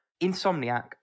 Insomniac